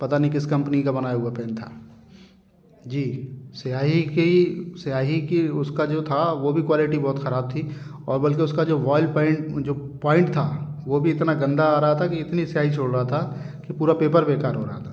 पता नहीं किस कंपनी का बनाया हुआ पेन था जी स्याही के ही स्याही की उसका जो था वो भी क्वालिटी बहुत ख़राब थी और बल्कि उसका जो वाइलपेन जो पॉइंट था वो भी इतना गंदा आ रहा था कि इतनी स्याही छोड़ रहा था कि पूरा पेपर बेकार हो रहा था